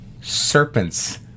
Serpents